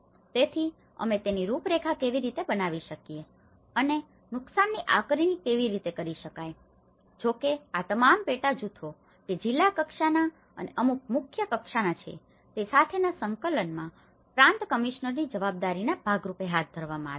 તેથી અમે તેની રૂપરેખા કેવી રીતે બનાવી શકીએ અને નુકસાનની આકારણી કેવી રીતે કરી શકાય જો કે આ તમામ પેટા જૂથો કે જે જિલ્લા કક્ષાના અને મુખ્ય કક્ષાના છે તે સાથેના સંકલનમાં પ્રાંત કમિશનરની જવાબદારીઓના ભાગ રૂપે હાથ ધરવામાં આવ્યા છે